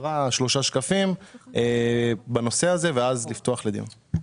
בקצרה בנושא הזה, ואז לפתוח לדיון.